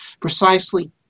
precisely